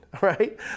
right